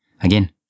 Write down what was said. again